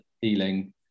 healing